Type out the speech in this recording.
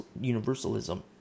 universalism